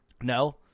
No